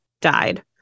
died